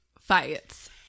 fights